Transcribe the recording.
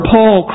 Paul